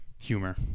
humor